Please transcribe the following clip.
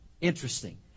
Interesting